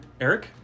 Eric